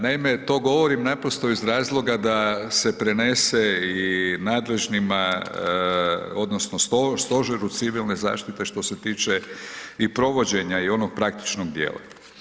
Naime, to govorim naprosto iz razloga da se prenese i nadležnima odnosno Stožeru civilne zaštite što se tiče i provođenja i onog praktičnog dijela.